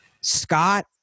Scott